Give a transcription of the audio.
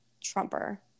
trumper